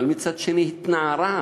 מצד שני, התנערה,